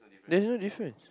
there's no difference